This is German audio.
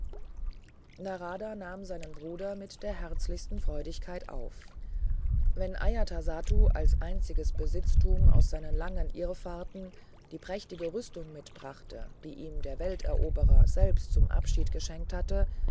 narada nahm seinen bruder mit der herzlichsten freudigkeit auf wenn ajatasattu als einziges besitztum aus seinen langen irrfahrten die prächtige rüstung mitbrachte die ihm der welteroberer selber zum abschied geschenkt hatte